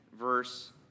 verse